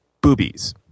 boobies